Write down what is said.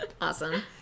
Awesome